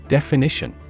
Definition